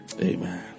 Amen